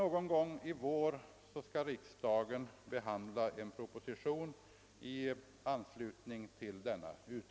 Någon gång i vår får sedan riksdagen behandla en proposition i ärendet.